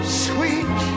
sweet